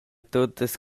tuttas